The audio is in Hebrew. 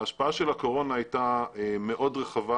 ההשפעה של הקורונה הייתה מאוד רחבה.